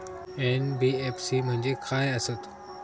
NBFC म्हणजे खाय आसत?